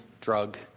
drug